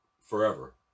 Forever